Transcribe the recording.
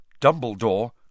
Dumbledore